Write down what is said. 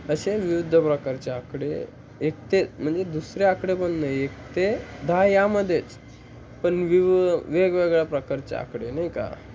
असे विविध प्रकारचे आकडे एक ते म्हणजे दुसरे आकडे पण नाही एक ते दहा यामध्येच पण विव वेगवेगळ्या प्रकारच्या आकडे नाही का